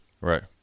right